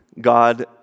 God